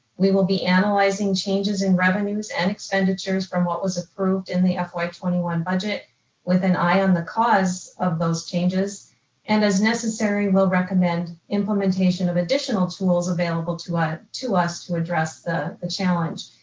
we will be analyzing changes in revenues and expenditures from what was approved in the fy twenty one budget with an eye on the cause of those changes and as necessary, will recommend implementation of additional tools available to us to us to address the the challenge.